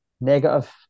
negative